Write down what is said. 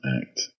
Act